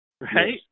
right